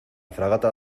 fragata